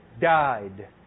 died